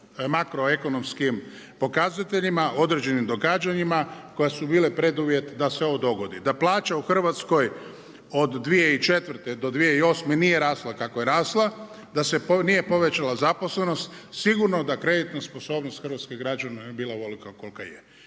makroekonomskim pokazateljima, određenim događanjima koja su bile preduvjet da se ovo dogodi, da plaća u Hrvatskoj od 2004. do 2008. nije rasla kako je rasla, da se nije povećala zaposlenost sigurno da kreditna sposobnost hrvatskim građanima ne bila ovolika kolika je.